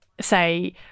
say